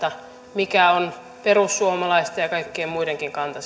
mikä on perussuomalaisten ja kaikkien muidenkin kanta